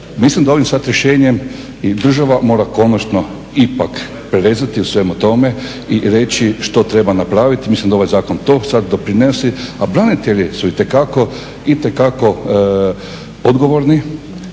Mislim da sada ovim rješenjem i država mora konačno ipak preprezati u svemu tome i reći što treba napraviti. Mislim da ovaj zakon tome doprinosi, a branitelji su itekako odgovorni